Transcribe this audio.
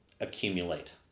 accumulate